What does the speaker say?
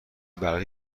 برقی